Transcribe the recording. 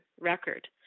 record